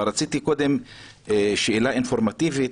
רציתי קודם שאלה אינפורמטיבית: